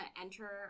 enter